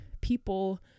people